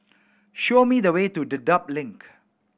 show me the way to Dedap Link